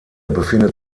befindet